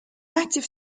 active